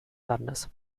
landes